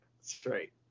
straight